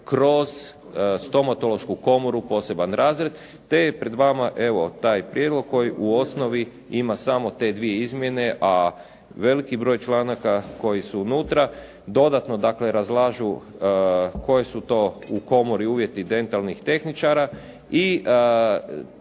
kroz Stomatološku komoru, poseban razred te je pred vama evo taj prijedlog koji u osnovi ima samo te dvije izmjene. A veliki broj članaka koji su unutra dodatno dakle razlažu koji su to u komori uvjeti dentalnih tehničara i